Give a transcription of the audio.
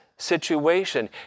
situation